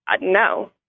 No